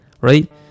Right